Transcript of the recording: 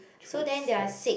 tricks test